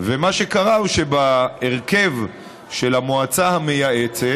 מה שקרה הוא שבהרכב של המועצה המייעצת,